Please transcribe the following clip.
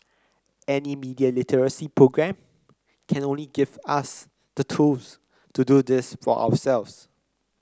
any media literacy programme can only give us the tools to do this for ourselves